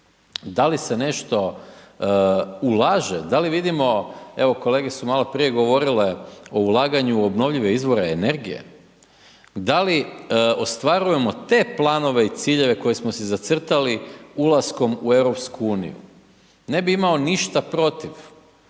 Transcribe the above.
D ali se nešto ulaže, da li vidimo, evo kolege su maloprije govorile o ulaganju obnovljive izbore energije. Da li ostvarujemo te planove i ciljeve, koje smo si zacrtali ulaskom u EU? Ne bi imao ništa protiv